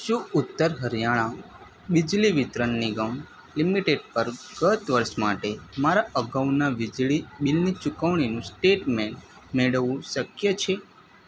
શું ઉત્તર હરિયાણા બિજલી વિતરણ નિગમ લિમિટેડ પર ગત વર્ષ માટે મારા અગાઉના વીજળી બિલની ચૂકવણીનું સ્ટેટમેન્ટ મેળવવું શક્ય છે